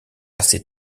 ces